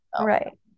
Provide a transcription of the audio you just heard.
right